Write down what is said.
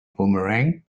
boomerang